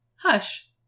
hush